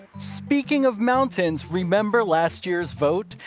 speaking of mountains, remember last year's vote?